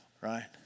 right